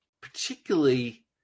particularly